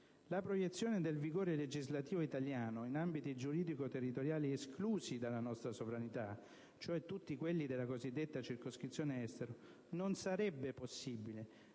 La proiezione del vigore legislativo italiano in ambiti giuridico-territoriali esclusi dalla nostra sovranità, cioè tutti quelli della cosiddetta circoscrizione Estero, non sarebbe possibile